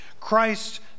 Christ